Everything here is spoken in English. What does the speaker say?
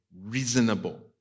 reasonable